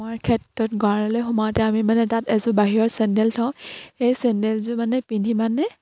আমাৰ ক্ষেত্ৰত গঁৰালত সোমাওঁতে আমি মানে তাত এযোৰ বাহিৰৰ চেণ্ডেল থওঁ সেই চেণ্ডেলযোৰ মানে পিন্ধি মানে